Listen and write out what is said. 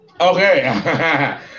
Okay